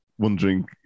wondering